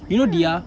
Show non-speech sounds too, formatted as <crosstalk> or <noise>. <noise>